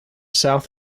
south